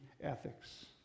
ethics